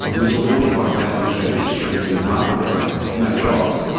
and we saw forty five thousand extra fitness trainers in the marketplace, no jobs,